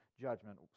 judgment